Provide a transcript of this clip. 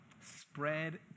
spread